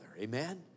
Amen